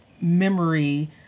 memory